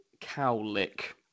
Cowlick